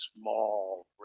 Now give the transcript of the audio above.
small